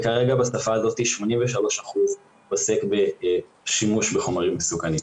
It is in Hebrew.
כאשר בשפה הזאת 83% עוסק בשימוש בחומרים מסוכנים.